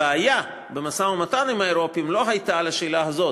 הבעיה במשא-ומתן עם האירופים לא הייתה על השאלה הזאת,